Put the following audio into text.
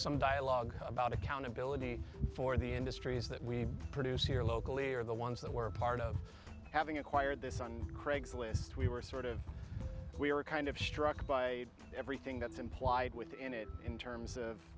some dialogue about accountability for the industries that we produce here locally are the ones that were part of having acquired this on craigslist we were sort of we were kind of struck by everything that's implied within it in terms of